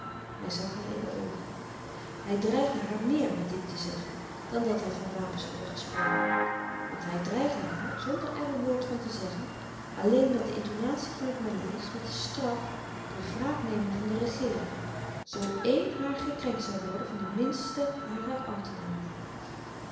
hij zag haar in de oogen hij dreigde haar meer met dit te zeggen dan dat hij van wapens hadde gesproken want hij dreigde haar zonder er een woord van te zeggen alleen met de intonatie van het maleisch met de straf de wraakneming van de regeering zoo éen haar gekrenkt zoû worden van den minste harer ambtenaren